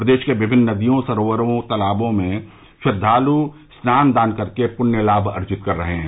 प्रदेश के विमिन्न नदियों सरोवरों और तालाबों में श्रद्वालु स्नान दान कर के पुण्य लाभ अर्जित कर रहे हैं